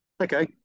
Okay